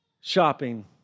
shopping